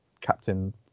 captain